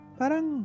parang